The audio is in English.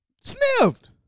Sniffed